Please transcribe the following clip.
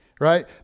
right